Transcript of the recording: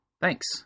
Thanks